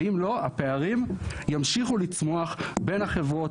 ואם לא הפערים ימשיכו לצמוח בין החברות,